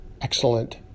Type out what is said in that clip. excellent